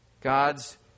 God's